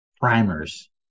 Primers